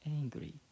angry